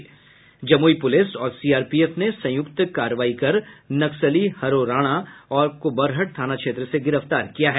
Jamui police और CRPF ने संयुक्त कार्रवाई कर नक्सली हरो राणा को बरहट थाना क्षेत्र से गिरफ्तार किया है